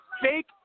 fake